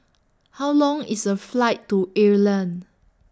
How Long IS The Flight to Ireland